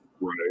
Right